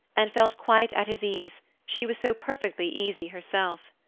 and felt quite at his ease, she was so perfectly easy herself.